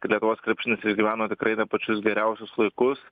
lietuvos krepšinis išgyveno tikrai ne pačius geriausius laikus